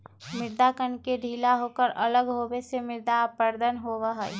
मृदा कण के ढीला होकर अलग होवे से मृदा अपरदन होबा हई